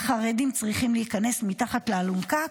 "החרדים צריכים להיכנס מתחת לאלונקה.